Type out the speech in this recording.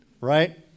right